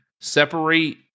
separate